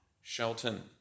Shelton